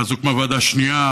ואז הוקמה ועדה שנייה,